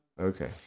Okay